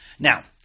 Now